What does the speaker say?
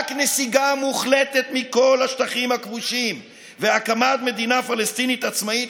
רק נסיגה מוחלטת מכל השטחים הכבושים והקמת מדינה פלסטינית עצמאית